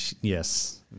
Yes